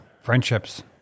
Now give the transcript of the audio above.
friendships